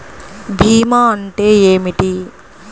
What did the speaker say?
భీమా అంటే ఏమిటి?